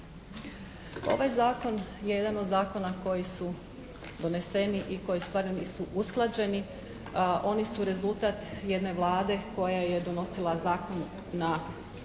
Ovaj zakon je jedan od zakona koji su doneseni i koji u stvari nisu usklađeni. Oni su rezultat jedne Vlade koja je donosila zakon na temelju